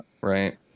right